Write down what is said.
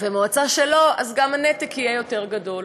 ומועצה שלא, אז גם הנתק יהיה יותר גדול.